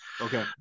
Okay